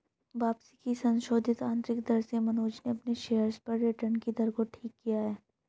वापसी की संशोधित आंतरिक दर से मनोज ने अपने शेयर्स पर रिटर्न कि दर को ठीक किया है